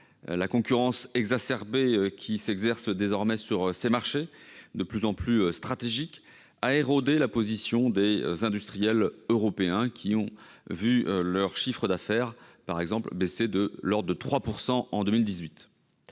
La concurrence exacerbée qui s'exerce désormais sur ces marchés de plus en plus stratégiques a érodé la position des industriels européens, qui ont vu leur chiffre d'affaires baisser de l'ordre de 3 % en 2018.